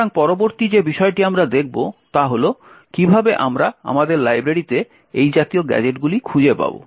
সুতরাং পরবর্তী যে বিষয়টি আমরা দেখব তা হল কীভাবে আমরা আমাদের লাইব্রেরিতে এই জাতীয় গ্যাজেটগুলি খুঁজে পাব